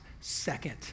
second